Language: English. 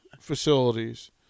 facilities